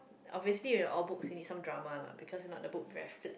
obviously in all books you need some drama lah because it's not the book very flat